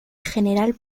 general